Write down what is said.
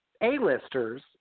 A-listers